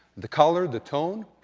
the colour, the tone.